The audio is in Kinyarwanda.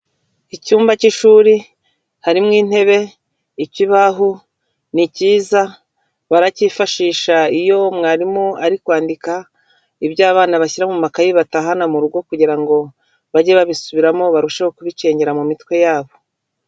Icyumba cy'ishuri harimo intebe, ikibaho ni cyiza baracyifashisha iyo mwarimu ari kwandika ibyo abana bashyira mu makayi batahana mu rugo kugira ngo bajye babisubiramo barusheho kubicengera mu mitwe yabo.